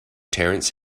terence